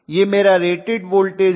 यह मेरा rated voltage है